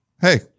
hey